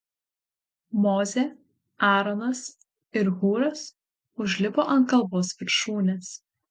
mozė aaronas ir hūras užlipo ant kalvos viršūnės